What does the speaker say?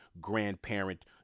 grandparent